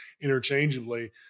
interchangeably